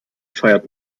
feiert